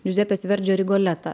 džiuzepės verdžio rigoletą